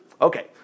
Okay